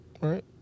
Right